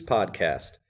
Podcast